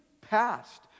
past